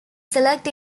select